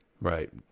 right